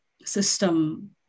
system